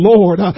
Lord